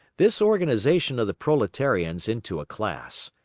this organisation of the proletarians into a class,